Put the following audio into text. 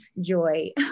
joy